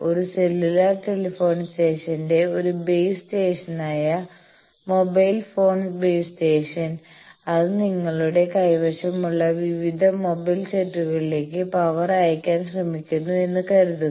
ഒരു cellular telephony സ്റ്റേഷന്റെ ഒരു ബേസ് സ്റ്റേഷനായമൊബൈൽ ഫോൺ ബേസ് സ്റ്റേഷൻ അത് നിങ്ങളുടെ കൈവശമുള്ള വിവിധ മൊബൈൽ സെറ്റുകളിലേക്ക് പവർ അയക്കാൻ ശ്രമിക്കുന്നു എന്ന് കരുതുക